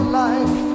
life